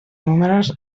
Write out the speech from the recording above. números